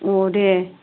अ देह